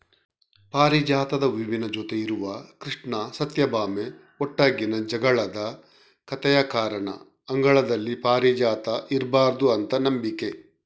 ಪಾರಿಜಾತದ ಹೂವಿನ ಜೊತೆ ಇರುವ ಕೃಷ್ಣ ಸತ್ಯಭಾಮೆ ಒಟ್ಟಿಗಿನ ಜಗಳದ ಕಥೆಯ ಕಾರಣ ಅಂಗಳದಲ್ಲಿ ಪಾರಿಜಾತ ಇರ್ಬಾರ್ದು ಅಂತ ನಂಬಿಕೆ